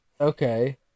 Okay